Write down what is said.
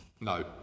No